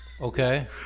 Okay